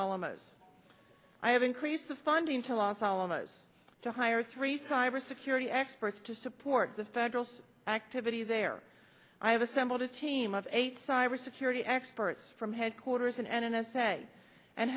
alamos i have increased the funding to los alamos to hire three cyber security experts to support the federales activity there i have assembled a team of eight cybersecurity experts from headquarters and n s a and